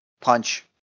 punch